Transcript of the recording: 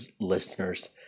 listeners